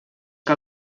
que